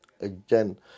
again